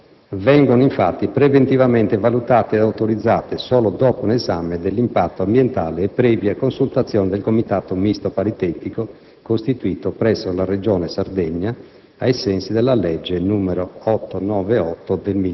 Le attività da svolgere in poligono vengono, infatti, preventivamente valutate e autorizzate solo dopo un esame dell'impatto ambientale e previa consultazione del Comitato misto paritetico costituito presso la Regione Sardegna